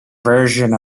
version